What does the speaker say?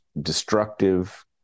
destructive